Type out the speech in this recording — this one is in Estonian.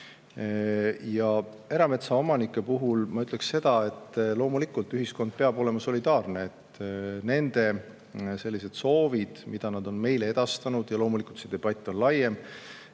Ja erametsaomanike kohta ma ütleksin seda, et loomulikult, ühiskond peab olema solidaarne. Nende soovide hulgas, mida nad on meile edastanud – loomulikult on see debatt laiem,